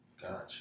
Gotcha